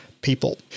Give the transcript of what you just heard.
people